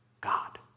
God